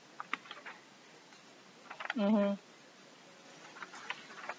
mmhmm